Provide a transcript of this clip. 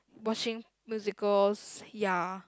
watching musicals ya